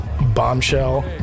bombshell